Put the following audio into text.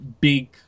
big